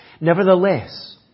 Nevertheless